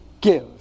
Give